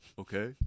Okay